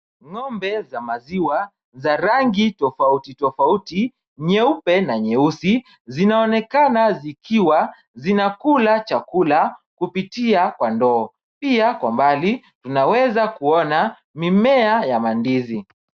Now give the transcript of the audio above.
Ng'ombe za maziwa za rangi tofauti tofauti nyeupe na nyeusi, zinaonekana zikiwa zinakula chakula kupitia kwa ndoo. Pia kwa mbali naweza kuona mimea ya mandizi.